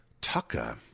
Tucker